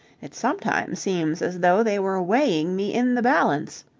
it sometimes seems as though they were weighing me in the balance.